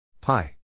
Pi